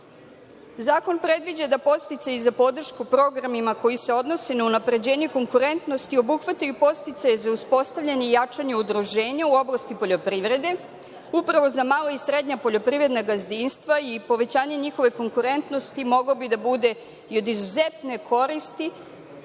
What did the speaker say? Zakon predviđa da podsticaji za podršku programima koji se odnose na unapređenje konkurentnosti obuhvataju i podsticaje za uspostavljanje i jačanje udruženja u oblasti poljoprivrede upravo za mala i srednja poljoprivredna gazdinstva i povećanje njihove konkurentnosti moglo bi da bude od izuzetne koristi